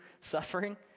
suffering